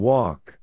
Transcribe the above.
Walk